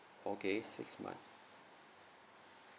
okay six months